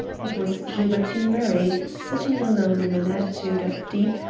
it was gilbertine murray, sitting alone in an attitude of deep,